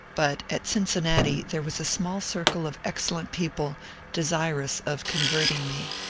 but at cincinnati there was a small circle of excellent people desirous of converting me.